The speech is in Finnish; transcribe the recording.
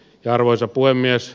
arvoisa puhemies